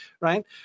right